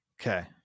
Okay